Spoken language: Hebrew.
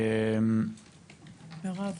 צריך